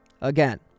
again